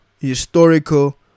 historical